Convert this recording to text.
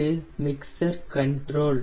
இது mixture control